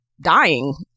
dying